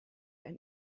and